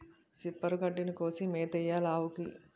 సిప్పరు గడ్డిని కోసి మేతెయ్యాలావుకి